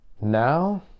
Now